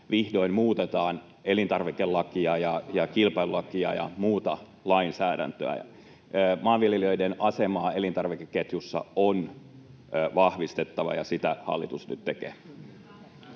vihdoin muutetaan elintarvikelakia ja kilpailulakia ja muuta lainsäädäntöä. Maanviljelijöiden asemaa elintarvikeketjussa on vahvistettava, ja sitä hallitus nyt tekee.